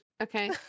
okay